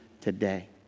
today